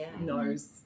knows